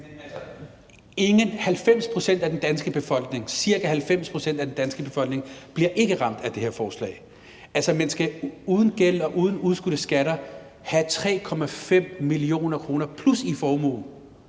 Sikandar Siddique (FG): Ca. 90 pct. af den danske befolkning bliver ikke ramt af det her forslag. Man skal uden gæld og uden udskudte skatter have 3,5 mio. kr. plus i formue,